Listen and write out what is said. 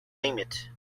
limit